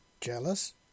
Jealous